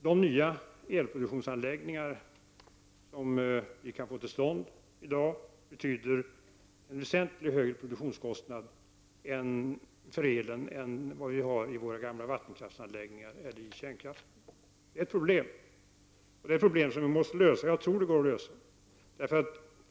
De nya elproduktionsanläggningar som vi kan få till stånd i dag kommer att medföra en väsentlig höjning av produktionskostnaderna i förhållandena till produktionskostnaderna i våra gamla vattenkraftsanläggningar och i kärnkraftverken. Detta är ett problem som vi måste lösa, och jag tror att det går att lösa det.